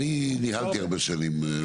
אני ניהלתי הרבה שנים,